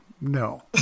No